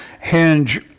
hinge